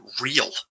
real